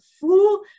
fool